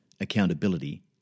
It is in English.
accountability